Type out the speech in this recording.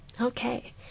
Okay